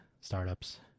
startups